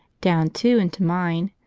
down two into mine,